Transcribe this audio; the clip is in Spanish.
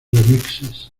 remixes